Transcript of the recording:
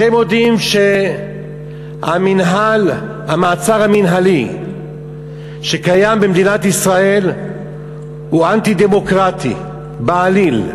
אתם יודעים שהמעצר המינהלי שקיים במדינת ישראל הוא אנטי-דמוקרטי בעליל.